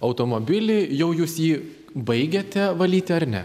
automobilį jau jūs jį baigiate valyti ar ne